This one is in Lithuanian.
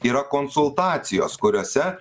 yra konsultacijos kuriose